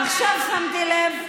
עכשיו שמתי לב.